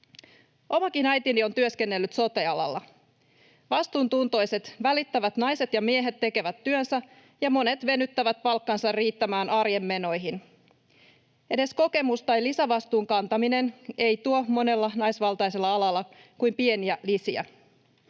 Omakin äitini on työskennellyt sote-alalla. Vastuuntuntoiset, välittävät naiset ja miehet tekevät työnsä, ja monet venyttävät palkkansa riittämään arjen menoihin. Edes kokemus tai lisävastuun kantaminen ei tuo monella naisvaltaisella alalla kuin pieniä lisiä.